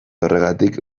horregatik